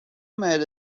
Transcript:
made